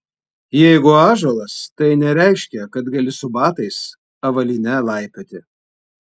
jeigu ąžuolas tai nereiškia kad gali su batais avalyne laipioti